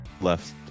left